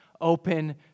open